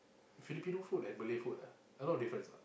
Filipino food and Malay food ah a lot of difference not